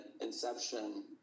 Inception